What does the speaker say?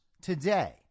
today